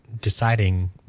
deciding